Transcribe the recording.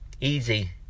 easy